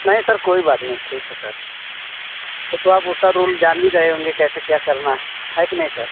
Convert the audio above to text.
नहीं सर कोई बात नहीं ठीक है सर तब तो आप उसका रोल जान ही रहे होंगे कैसे क्या करना है है कि नहीं सर